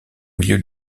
milieu